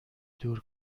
دور